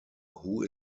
who